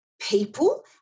people